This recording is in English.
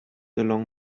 along